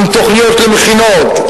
עם תוכניות למכינות,